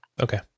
okay